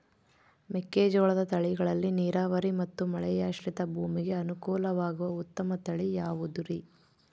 ಮೆಕ್ಕೆಜೋಳದ ತಳಿಗಳಲ್ಲಿ ನೇರಾವರಿ ಮತ್ತು ಮಳೆಯಾಶ್ರಿತ ಭೂಮಿಗೆ ಅನುಕೂಲವಾಗುವ ಉತ್ತಮ ತಳಿ ಯಾವುದುರಿ?